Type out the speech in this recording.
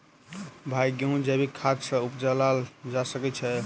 भाई गेंहूँ जैविक खाद सँ उपजाल जा सकै छैय?